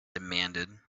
demanded